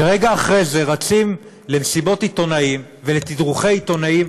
ורגע אחרי זה רצים למסיבות עיתונאים ולתדרוכי עיתונאים